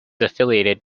affiliated